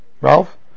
Ralph